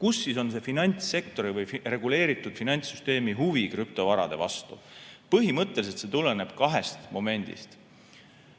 kus on see finantssektori või reguleeritud finantssüsteemi huvi krüptovarade vastu? Põhimõtteliselt see tuleneb kahest momendist.